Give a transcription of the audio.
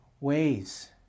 ways